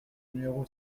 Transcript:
numéro